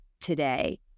today